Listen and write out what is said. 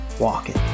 walking